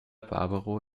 barbaro